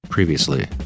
Previously